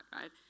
right